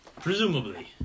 Presumably